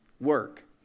work